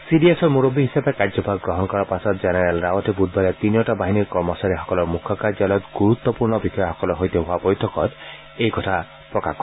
C D এছৰ মূৰববী হিচাপে কাৰ্যভাৰ গ্ৰহণ কৰাৰ পাছত জেনেৰেল ৰাৱটে বুধবাৰে তিনিওটা বাহিনীৰ কৰ্মচাৰীসকলৰ মুখ্য কাৰ্যালয়ত গুৰুত্পূৰ্ণ বিষয়াসকলৰ সৈতে হোৱা বৈঠকত এই কথা প্ৰকাশ কৰে